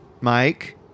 Mike